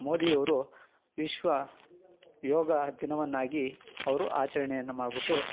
ಮೋದಿಯವರು ವಿಶ್ವ ಯೋಗ ದಿನವನ್ನಾಗಿ ಅವರು ಆಚರಣೆಯನ್ನ ಮಾಡ್ಬಿಟ್ಟು